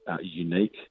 unique